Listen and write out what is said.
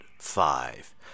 five